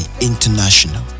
International